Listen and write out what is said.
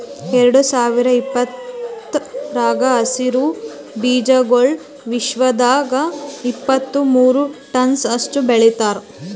ಎರಡು ಸಾವಿರ ಇಪ್ಪತ್ತರಾಗ ಹಸಿರು ಬೀಜಾಗೋಳ್ ವಿಶ್ವದಾಗ್ ಇಪ್ಪತ್ತು ಮೂರ ಟನ್ಸ್ ಅಷ್ಟು ಬೆಳಿತಾರ್